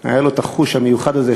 היה לו את החוש המיוחד הזה,